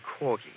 Corgi